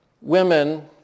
women